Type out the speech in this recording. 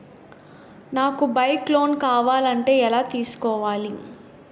నాకు bike loan కావాలంటే ఎలా తీసుకోవాలి?